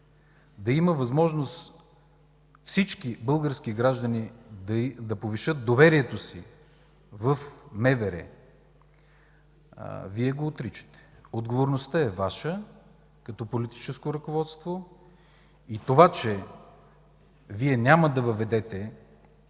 да има възможност всички български граждани да повишат доверието си в МВР, Вие го отричате. Отговорността е Ваша, като политическо ръководство. И това, че Вие няма да въведете